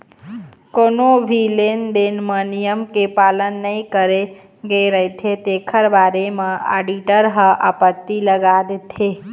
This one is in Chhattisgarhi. कोनो भी लेन देन म नियम के पालन नइ करे गे रहिथे तेखर बारे म आडिटर ह आपत्ति लगा देथे